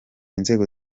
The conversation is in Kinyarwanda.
inzego